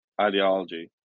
ideology